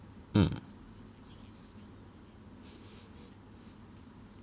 mm